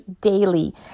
daily